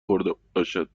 خوردهباشد